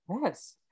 Yes